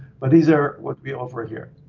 but these are what we offer here.